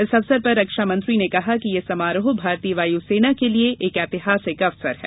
इस अवसर पर रक्षामंत्री ने कहा कि यह समारोह भारतीय वायुसेना के लिए एक ऐतिहासिक अवसर है